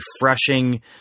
refreshing